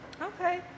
Okay